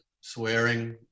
Swearing